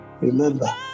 Remember